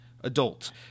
adult